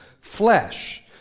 flesh